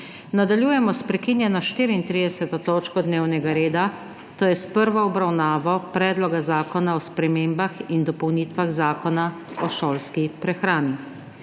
**Nadaljujemo****prekinjeno 34. točko dnevnega reda – prva obravnava Predloga zakona o spremembah in dopolnitvah Zakona o šolski prehrani.**